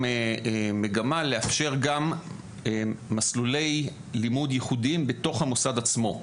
מגמה לאפשר גם מסלולי לימוד ייחודיים בתוך המוסד עצמו.